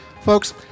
Folks